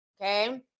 okay